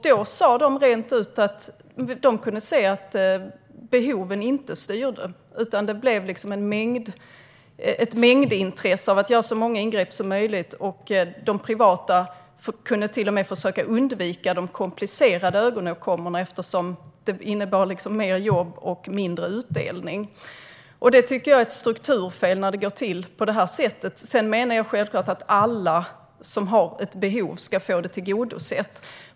De sa rent ut att de kunde se att behoven inte styrde, utan det blev ett intresse att göra så många ingrepp som möjligt. De privata kunde till och med försöka undvika de komplicerade ögonåkommorna, eftersom de innebar mer jobb och mindre utdelning. Jag tycker att det är ett strukturfel när det går till på det här sättet. Sedan menar jag självklart att alla som har ett vårdbehov ska få det tillgodosett.